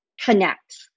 connect